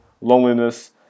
loneliness